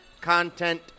content